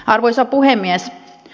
arvoisa puhemies